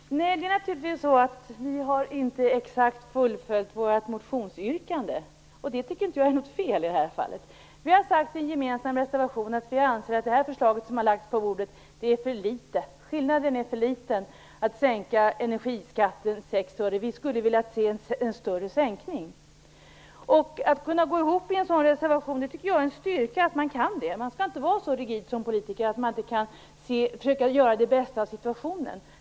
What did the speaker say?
Herr talman! Vi har naturligtvis inte fullföljt vårt motionsyrkande, men det tycker jag inte är något fel i det här sammanhanget. Vi har sagt i en gemensam reservation att vi anser att det förslag som har lagts fram innehåller en för liten skillnad, dvs. sänkningen av energiskatten med 6 öre. Vi skulle ha velat se en större sänkning. Att kunna gå ihop i en sådan reservation tycker jag är en styrka. Man skall inte vara så rigid som politiker att man inte kan försöka göra det bästa av situationen.